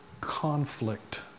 conflict